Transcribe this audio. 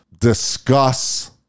discuss